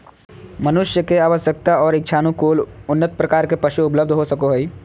मनुष्य के आवश्यकता और इच्छानुकूल उन्नत प्रकार के पशु उपलब्ध हो सको हइ